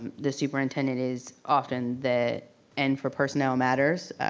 the superintendent is often the end for personnel matters,